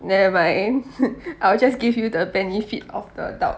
nevermind I will just give you the benefit of the doubt